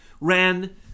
ran